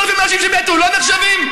למה, 3,000 אנשים שמתו לא נחשבים?